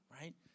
right